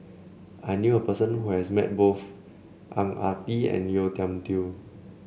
I knew a person who has met both Ang Ah Tee and Yeo Tiam Tiew